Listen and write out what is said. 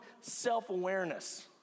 self-awareness